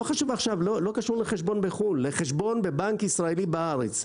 לא קשור לחשבון בחו"ל, לחשבון בבנק ישראלי בארץ.